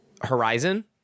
Horizon